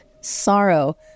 sorrow